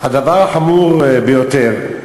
הדבר החמור ביותר: